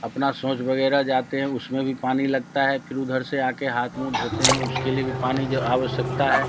अपना शौच वगैरह जाते हैं उसमें भी पानी लगता है फिर उधर से आ के हाथ मुँह धोते हैं उसके लिए भी पानी की आवश्यकता है